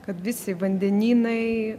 kad visi vandenynai